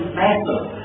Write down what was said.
massive